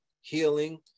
healing